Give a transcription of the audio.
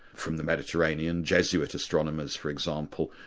from the mediterranean, jesuit astronomers for example,